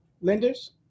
lenders